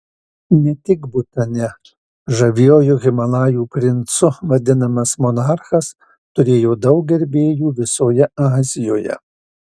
ne tik butane žaviuoju himalajų princu vadinamas monarchas turėjo daug gerbėjų visoje azijoje